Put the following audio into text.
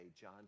John